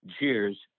cheers